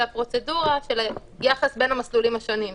"הפרוצדורה" של היחס בין המסלולים השונים.